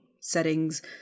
settings